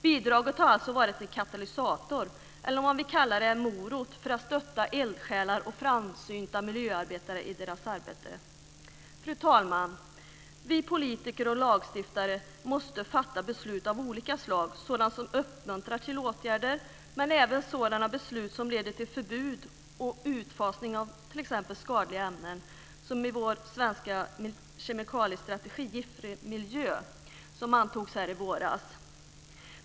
Bidraget har alltså varit en katalysator, eller om man vill kalla det en morot, för att stötta eldsjälar och framsynta miljöarbetare i deras arbete. Fru talman! Vi politiker och lagstiftare måste fatta beslut av olika slag - sådana som uppmuntrar till åtgärder, men även sådana beslut som leder till förbud och utfasning av t.ex. skadliga ämnen, som i vår svenska kemikaliestrategi Giftfri miljö, vilken antogs här i våras.